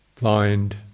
blind